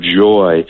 joy